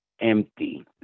empty